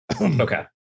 okay